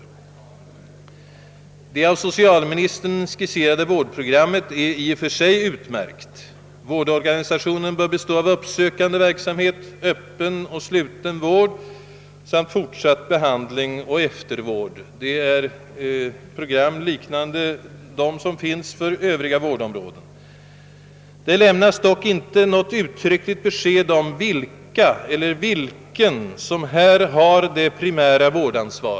Det av socialministern skisserade vårdprogrammet är i och för sig utmärkt; i vårdorganisationen bör ingå uppsökande verksamhet, det skall finnas öppen och sluten vård, och fortsatt behandling och eftervård skall anordnas — det är ett program liknande dem som finns för övriga vårdområden. Det lämnas dock inte något uttryckligt be sked om vilken eller vilka som här har det primära vårdansvaret.